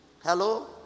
Hello